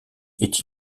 est